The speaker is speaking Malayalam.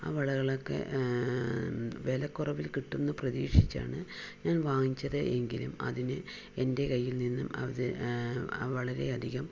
ആ വളകളൊക്കെ വില കുറവിൽ കിട്ടും എന്നു പ്രതീക്ഷിച്ചാണ് ഞാൻ വാങ്ങിച്ചത് എങ്കിലും അതിന് എൻ്റെ കയ്യിൽ നിന്നും അവര് വളരെയധികം